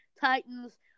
Titans